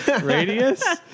radius